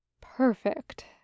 Perfect